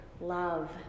love